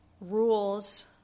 rules